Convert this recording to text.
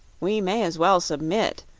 we may as well submit,